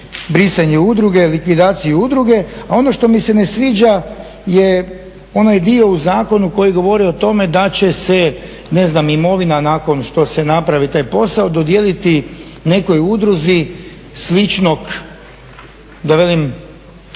brisanje udruge, likvidaciju udruge. Ono što mi se ne sviđa je onaj dio u zakonu koji govori o tome da će se, ne znam, imovina nakon što se napravi taj posao dodijeliti nekoj udruzi sličnog, da velim,